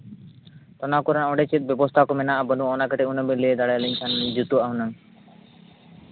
ᱛᱳ ᱱᱚᱣᱟ ᱠᱚᱨᱮᱱᱟᱜ ᱚᱸᱰᱮ ᱪᱮᱫ ᱵᱮᱵᱚᱥᱛᱷᱟ ᱠᱚ ᱢᱮᱱᱟᱜᱼᱟ ᱵᱟᱹᱱᱩᱜᱼᱟ ᱚᱱᱟ ᱠᱟᱹᱴᱤᱡ ᱚᱱᱮ ᱵᱮᱱ ᱞᱟᱹᱭ ᱫᱟᱲᱮ ᱟᱹᱞᱤᱧ ᱠᱷᱟᱱ ᱡᱩᱛᱩᱜᱼᱟ ᱦᱩᱱᱟᱹᱝ